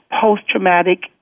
post-traumatic